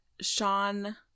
Sean